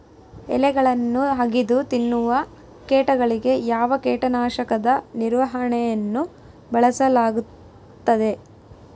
ಎಲೆಗಳನ್ನು ಅಗಿದು ತಿನ್ನುವ ಕೇಟಗಳಿಗೆ ಯಾವ ಕೇಟನಾಶಕದ ನಿರ್ವಹಣೆಯನ್ನು ಬಳಸಲಾಗುತ್ತದೆ?